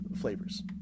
flavors